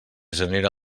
genere